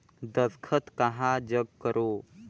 दस्खत कहा जग करो?